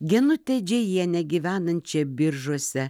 genutę džiajienę gyvenančią biržuose